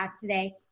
today